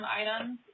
items